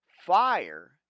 fire